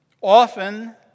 often